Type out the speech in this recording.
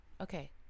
okay